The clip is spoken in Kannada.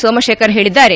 ಸೋಮಶೇಖರ್ ಹೇಳಿದ್ದಾರೆ